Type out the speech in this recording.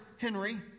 Henry